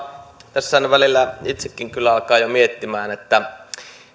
tässä välillä itsekin alkaa jo miettimään